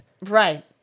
Right